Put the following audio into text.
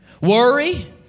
Worry